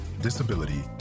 disability